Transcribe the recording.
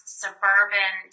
suburban